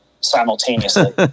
simultaneously